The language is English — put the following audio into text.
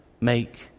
make